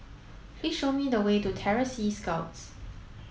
please show me the way to Terror Sea Scouts